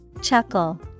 Chuckle